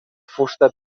fusta